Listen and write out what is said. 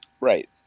right